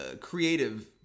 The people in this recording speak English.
creative